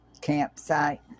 campsite